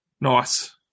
Nice